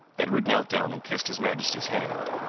edward knelt down and kissed his majesty's hand,